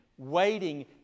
waiting